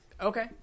Okay